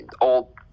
old